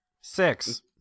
Six